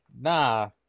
nah